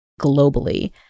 globally